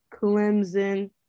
Clemson